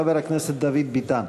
חבר הכנסת דוד ביטן.